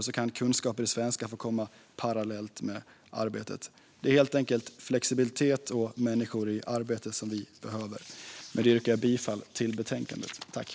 Då kan kunskaper i svenska få komma parallellt med arbetet. Det är helt enkelt flexibilitet och människor i arbete som vi behöver. Med detta yrkar jag bifall till utskottets förslag i betänkandet.